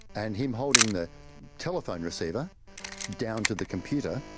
and him holding the telephone receiver down to the computer